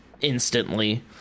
Instantly